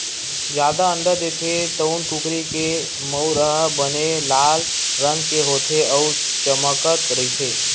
जादा अंडा देथे तउन कुकरी के मउर ह बने लाल रंग के होथे अउ चमकत रहिथे